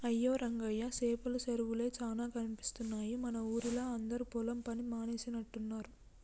అయ్యో రంగయ్య సేపల సెరువులే చానా కనిపిస్తున్నాయి మన ఊరిలా అందరు పొలం పని మానేసినట్టున్నరు